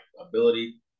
ability